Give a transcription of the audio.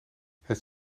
het